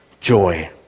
joy